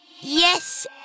Yes